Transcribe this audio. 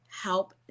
help